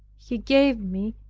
he gave me,